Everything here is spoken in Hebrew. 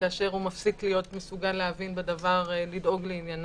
כאשר הוא מפסיק להיות מסוגל לדאוג לענייניו,